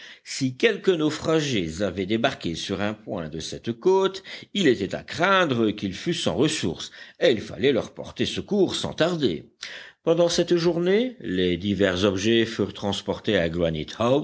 si quelques naufragés avaient débarqué sur un point de cette côte il était à craindre qu'ils fussent sans ressource et il fallait leur porter secours sans tarder pendant cette journée les divers objets furent transportés à